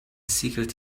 secret